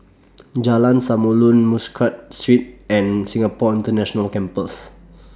Jalan Samulun Muscat Street and Singapore International Campus